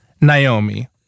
Naomi